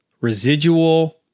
residual